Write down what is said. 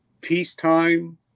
peacetime